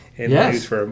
Yes